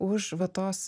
už va tos